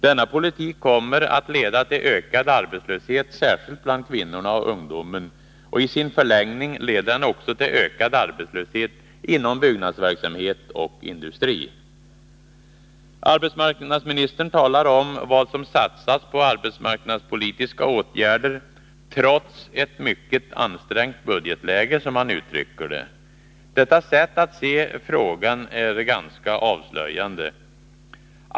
Denna politik kommer att leda till ökad arbetslöshet, särskilt bland kvinnorna och ungdomen. I sin förlängning leder den också till ökad arbetslöshet inom byggnadsverksamhet och industri. Arbetsmarknadsministern talar om vad som satsats på arbetsmarknadspolitiska åtgärder ”trots ett mycket ansträngt budgetläge”, som han uttrycker det. Detta sätt att se frågan är ganska avslöjande.